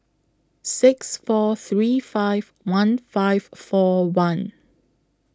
six four three five one five four one